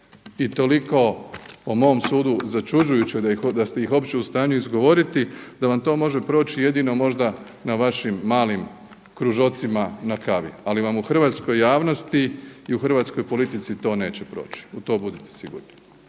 i toliko po mom sudu začuđujuće da ste ih uopće u stanju izgovoriti da vam to može proći jedino možda na vašim malim kružocima na kavi. Ali vam u hrvatskoj javnosti i u hrvatskoj politici to neće proći u to budite sigurni.